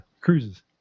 Cruises